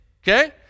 Okay